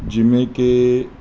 ਜਿਵੇਂ ਕਿ